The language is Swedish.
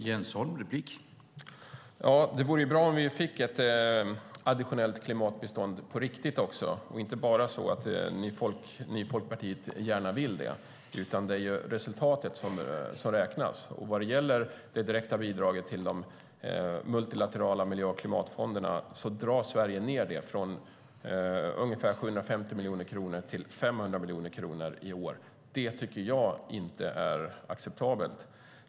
Herr talman! Det vore bra om vi fick ett additionellt klimatbistånd på riktigt också, inte bara att ni i Folkpartiet gärna vill det. Det är ju resultatet som räknas. Vad gäller det direkta multilaterala bidraget drar Sverige ned det från ungefär 750 miljoner kronor till 500 miljoner kronor i år. Det tycker jag inte är acceptabelt.